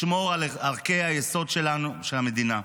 לשמור על ערכי היסוד שלנו, של המדינה,